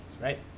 right